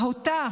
מהותה